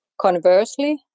Conversely